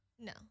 No